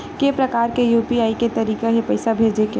के प्रकार के यू.पी.आई के तरीका हे पईसा भेजे के?